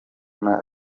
juma